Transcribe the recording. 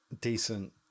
decent